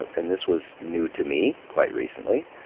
and this was new to me quite recently.